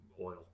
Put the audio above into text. oil